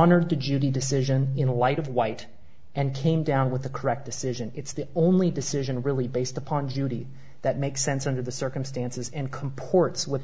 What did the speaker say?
on or to judy decision in light of white and came down with the correct decision it's the only decision really based upon duty that makes sense under the circumstances and comports with